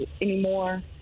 anymore